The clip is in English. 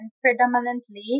predominantly